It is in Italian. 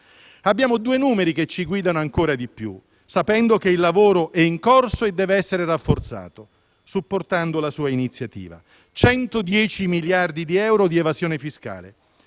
Abbiamo due numeri che ci guidano ancora di più, sapendo che il lavoro è in corso e dev'essere rafforzato, supportando la sua iniziativa: 110 miliardi di euro di evasione fiscale